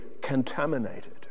contaminated